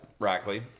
Rackley